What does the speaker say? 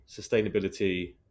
sustainability